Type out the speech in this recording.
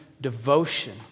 devotion